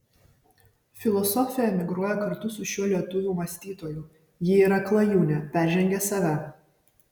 filosofija emigruoja kartu su šiuo lietuvių mąstytoju ji yra klajūnė peržengia save